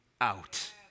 out